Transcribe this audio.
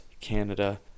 Canada